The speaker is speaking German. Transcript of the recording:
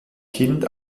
kind